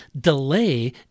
delay